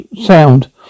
sound